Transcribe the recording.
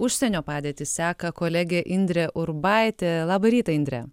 užsienio padėtį seka kolegė indrė urbaitė labą rytą indre